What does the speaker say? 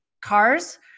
cars